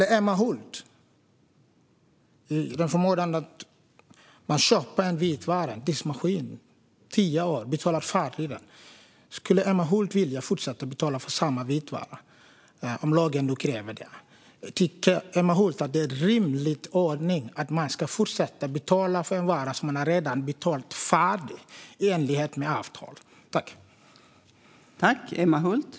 Om Emma Hult köper en vitvara, till exempel en diskmaskin, och betalar den under tio år - skulle hon då vilja fortsätta betala för samma vitvara efter att hon betalat den färdigt, om lagen nu kräver det? Tycker Emma Hult att det är en rimlig ordning att man ska fortsätta betala för en vara som man i enlighet med avtalet redan har betalat färdigt?